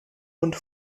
und